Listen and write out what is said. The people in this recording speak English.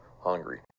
hungry